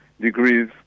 degrees